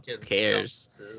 cares